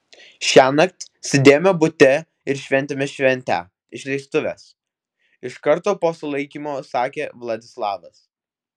šiąnakt sėdėjome bute ir šventėme šventę išleistuves iš karto po sulaikymo sakė vladislavas